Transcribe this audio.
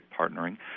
partnering